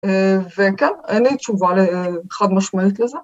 וכן, אין לי תשובה לחד משמעית לזה.